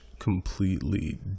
completely